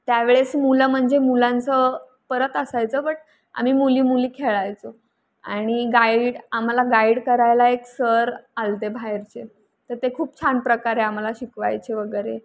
त्यावेळेस मुलं म्हणजे मुलांचं परत असायचं बट आम्ही मुली मुली खेळायचो आणि गाईड आम्हाला गाईड करायला एक सर आले होते बाहेरचे तर ते खूप छान प्रकारे आम्हाला शिकवायचे वगैरे